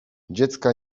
dziecka